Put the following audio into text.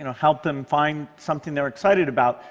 and help them find something they're excited about.